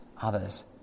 others